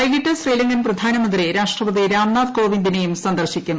വൈകിട്ട് ശ്രീലങ്കൻ പ്രധാനമന്ത്രി രാഷ്ട്രപതി രാംനാഥ് കോവിന്ദിനെയും സന്ദർശിക്കും